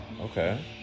Okay